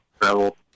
travel